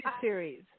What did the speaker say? series